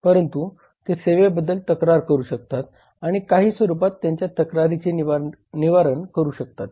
परंतु ते सेवेबद्दल तक्रार करू शकतात आणि काही स्वरूपात त्यांच्या तक्रारीचे निवारण करू शकतात